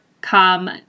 come